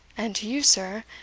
and to you, sir,